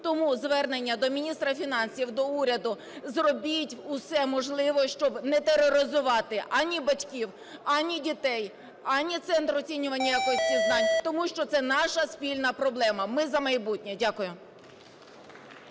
Тому звернення до міністра фінансів, до уряду: зробіть усе можливе, щоб не тероризувати ані батьків, ані дітей, ані центри оцінювання якості знань, тому що це наша спільна проблема. Ми – за майбутнє. Дякую.